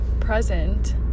present